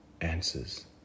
answers